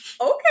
okay